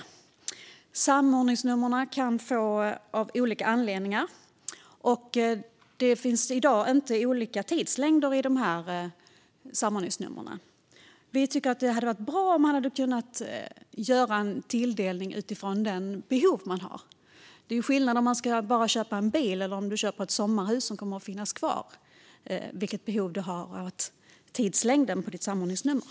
Ett samordningsnummer kan fås av olika anledningar, och i dag finns det inte olika tidslängder för samordningsnumren. Vi tycker att det hade varit bra om man kunde tilldela numret utifrån det behov personen har. När det gäller vilken tidslängd du behöver på ditt samordningsnummer är det ju skillnad mellan att köpa en bil och att köpa ett sommarhus, som kommer att finnas kvar.